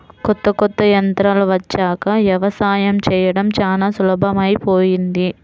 కొత్త కొత్త యంత్రాలు వచ్చాక యవసాయం చేయడం చానా సులభమైపొయ్యింది